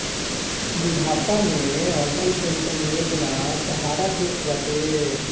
बुढ़ापा में अटल पेंशन योजना सहारा देत बाटे